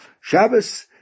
Shabbos